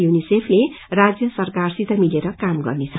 युनिसेफले राज्य सरकारसित मिलेर काम गर्नेछ